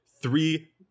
three